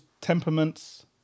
temperaments